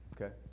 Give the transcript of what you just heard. Okay